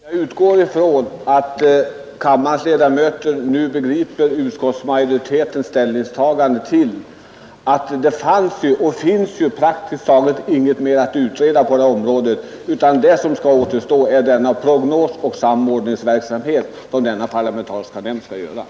Herr talman! Jag utgår från att kammarens ledamöter nu förstår utskottsmajoritetens ställningstagande. Det finns ju praktiskt taget ingenting mer att utreda på det här området, utan vad som återstår är den prognos som den parlamentariska nämnden skall göra och den samordningsverksamhet som skall bedrivas.